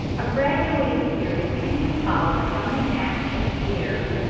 a graduated series can be followed from the axis deer,